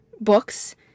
books